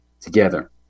together